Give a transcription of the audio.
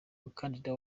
umukandida